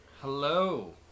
Hello